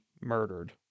murdered